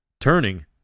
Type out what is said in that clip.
Turning